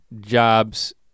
jobs